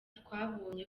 twabonye